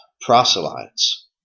proselytes